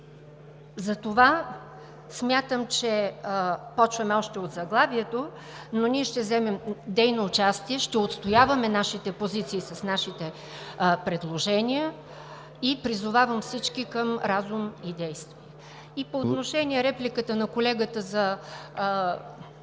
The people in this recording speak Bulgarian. Затова смятам, че започваме още от заглавието, но ние ще вземем дейно участие, ще отстояваме нашите позиции с нашите предложения. Призовавам всички към разум и действие! По отношение репликата на колегата за